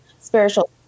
spiritual